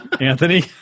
Anthony